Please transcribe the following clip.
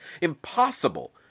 impossible